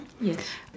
Yes